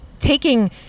taking